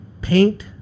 Paint